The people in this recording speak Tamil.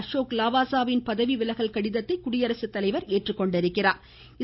அசோக் லாவாசாவின் பதவி விலகல் கடிதத்தை குடியரசுத்தலைவா் ஏற்றுக்கொண்டுள்ளாா்